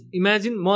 imagine